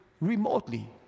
remotely